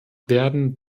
werden